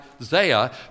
Isaiah